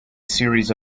series